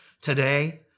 today